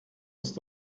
ist